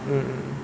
mm mm mm